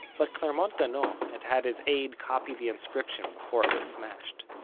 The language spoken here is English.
but clermont-ganneau had had his aid copy the inscriptions before it was smashed.